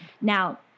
Now